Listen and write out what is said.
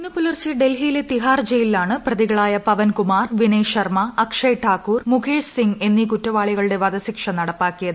ഇന്ന് പുലർച്ചെ ഡൽഹിയില്ലെ തിഹാർ ജയിലിലാണ് പ്രതികളായ പവൻകുമാർ വിനയ് ശർമ്മൂ അക്ഷയ് ഠാക്കൂർ മുകേഷ് സിങ്ങ് എന്നീ കുറ്റവാളികളുടെ വധശിക്ഷ് നടപ്പാക്കിയത്